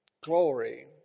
glory